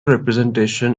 representation